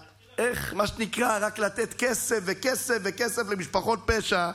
שנקרא רק לתת כסף וכסף וכסף למשפחות פשע,